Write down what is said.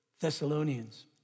Thessalonians